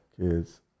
kids